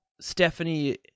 Stephanie